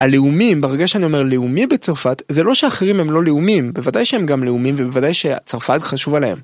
הלאומים ברגע שאני אומר לאומי בצרפת זה לא שאחרים הם לא לאומים בוודאי שהם גם לאומים ובוודאי שצרפת חשוב עליהם.